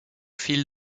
fil